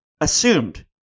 assumed